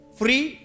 free